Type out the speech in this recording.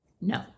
No